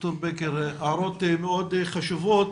הערות מאוד חשובות.